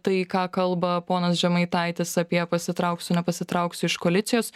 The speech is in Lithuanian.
tai ką kalba ponas žemaitaitis apie pasitrauksiu nepasitrauksiu iš koalicijos